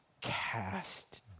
cast